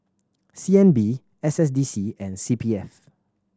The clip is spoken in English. C N B S S D C and C P F